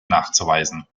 nachzuweisen